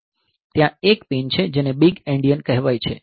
ત્યાં એક પિન છે જેને બિગ એન્ડિયન કહેવાય છે